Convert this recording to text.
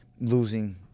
losing